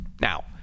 Now